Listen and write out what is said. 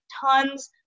tons